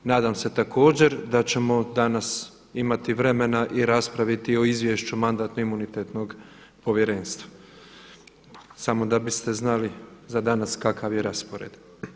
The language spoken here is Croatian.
Nadam se također da ćemo danas imati vremena i raspraviti o Izvješću Mandatno-imunitetno povjerenstva, samo da biste znali za danas kakav je raspored.